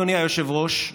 אדוני היושב-ראש,